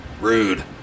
Rude